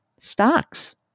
stocks